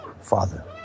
father